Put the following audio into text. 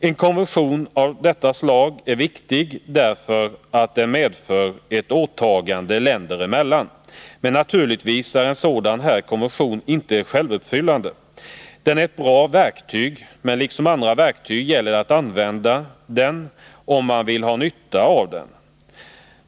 En konvention av detta slag är viktig därför att den medför ett åtagande länder emellan, men naturligtvis är en sådan här konvention inte självuppfyllande. Den är ett bra verktyg, men liksom när det gäller andra verktyg gäller det att använda det om man vill ha nytta av det.